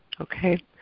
okay